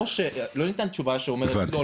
לא ניתנה תשובה שאומרת לא,